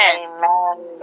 Amen